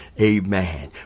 amen